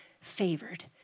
favored